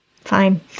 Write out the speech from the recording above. fine